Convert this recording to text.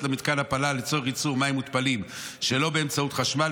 למתקן התפלה לצורך ייצור מים מותפלים שלא באמצעות חשמל,